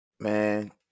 Man